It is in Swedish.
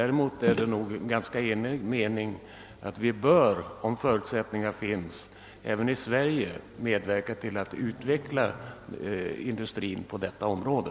Däremot råder det nog ganska stor enighet om att vi, såvida förutsättningar härför finns, även i Sverige bör med verka till att utveckla industrin på detta område.